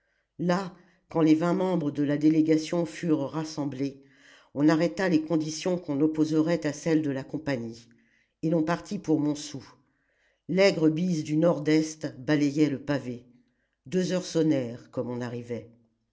là quand les vingt membres de la délégation furent rassemblés on arrêta les conditions qu'on opposerait à celles de la compagnie et l'on partit pour montsou l'aigre bise du nord-est balayait le pavé deux heures sonnèrent comme on arrivait